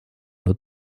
nur